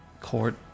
court